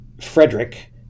Frederick